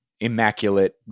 immaculate